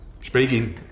Speaking